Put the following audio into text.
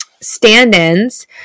stand-ins